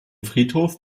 friedhof